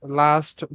last